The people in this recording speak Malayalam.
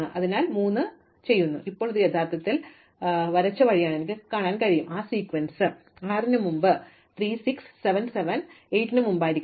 അതിനാൽ ഞാൻ 3 ചെയ്യുന്നു അതിനാൽ ഇപ്പോൾ ഇത് യഥാർത്ഥത്തിൽ വരച്ച വഴിയാണെന്ന് എനിക്ക് കാണാൻ കഴിയും അതാണ് സീക്വൻസ് ഞാൻ 6 ന് മുമ്പ് 3 6 ന് 7 7 ന് 8 ന് മുമ്പായിരിക്കണം